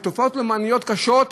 ותופעות לאומניות קשות,